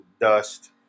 dust